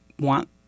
want